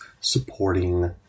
supporting